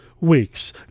weeks